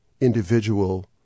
individual